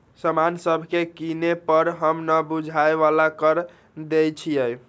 समान सभके किने पर हम न बूझाय बला कर देँई छियइ